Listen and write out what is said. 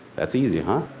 that's easy, huh?